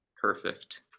Perfect